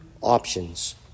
options